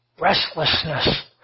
restlessness